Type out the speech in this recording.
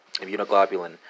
immunoglobulin